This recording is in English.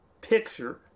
picture